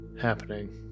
happening